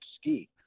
ski